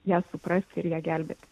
ją suprasti ir ją gelbėti